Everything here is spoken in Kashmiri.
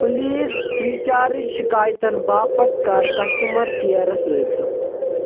پُلیٖز فرٛی چارٕج شِکایتَن باپتھ کَر کسٹٕمر کِیرس رٲبطہٕ